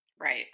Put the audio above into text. Right